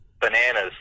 bananas